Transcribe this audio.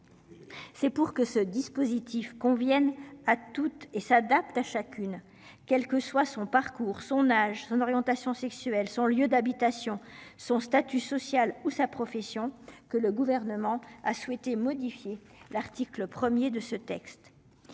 C'est pour que ce dispositif convienne à toutes et s'adapte à chacune. Quel que soit son parcours, son âge, son orientation sexuelle, son lieu d'habitation. Son statut social ou sa profession que le gouvernement a souhaité modifier l'article 1er de ce texte.